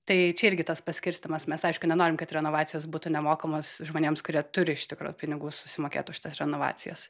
tai čia irgi tas paskirstymas mes aišku nenorim kad renovacijos būtų nemokamos žmonėms kurie turi iš tikro pinigų susimokėt už renovacijas